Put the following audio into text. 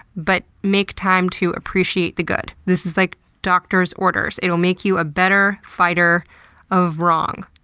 but make time to appreciate the good. this is, like, doctor's orders. it'll make you a better fighter of wrong.